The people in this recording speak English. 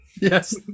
Yes